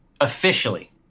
Officially